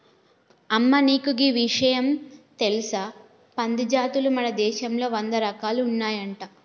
అమ్మ నీకు గీ ఇషయం తెలుసా పంది జాతులు మన దేశంలో వంద రకాలు ఉన్నాయంట